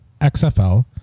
XFL